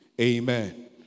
Amen